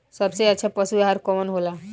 सबसे अच्छा पशु आहार कवन हो ला?